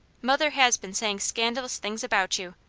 mother has been saying scandalous things about you.